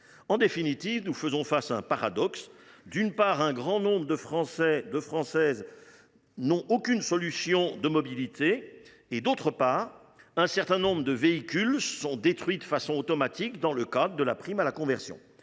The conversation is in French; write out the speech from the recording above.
En définitive, nous faisons face à un paradoxe : d’un côté, un grand nombre de Français ne disposent d’aucune solution de mobilité ; de l’autre, un certain nombre de véhicules sont détruits de façon automatique dans le cadre de la prime à la conversion.